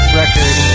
record